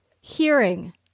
hearing